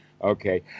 Okay